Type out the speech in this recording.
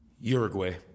Uruguay